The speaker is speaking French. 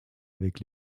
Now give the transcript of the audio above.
avec